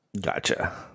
Gotcha